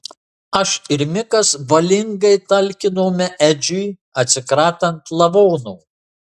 aš ir mikas valingai talkinome edžiui atsikratant lavono